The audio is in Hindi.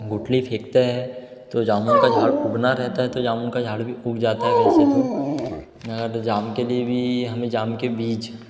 गुटली फेंकते है तो जामुन का झाड़ उगना रहता तो जामुन का झाड़ भी उग जाता है वैसे तो और जाम के लिए भी हमें जाम के बीज